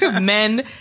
men